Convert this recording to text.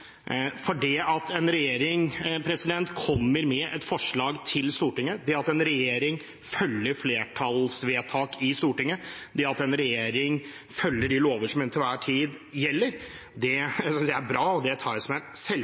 For det at en regjering kommer med et forslag til Stortinget, det at en regjering følger flertallsvedtak i Stortinget, og det at en regjering følger de lover som til enhver tid gjelder, synes jeg er bra, og det tar jeg